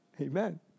Amen